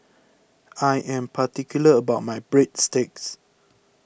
I am particular about my Breadsticks